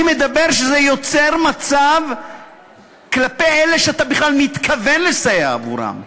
אני מדבר על כך שזה יוצר מצב כלפי אלה שאתה בכלל מתכוון לסייע להם.